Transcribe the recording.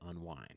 unwind